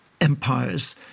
empires